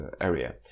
area